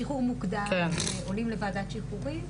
שחרור מוקדם זה אומר שעולים לוועדת שחרורים,